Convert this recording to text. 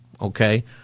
Okay